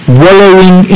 wallowing